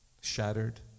shattered